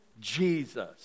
Jesus